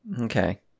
Okay